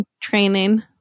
training